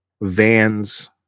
Vans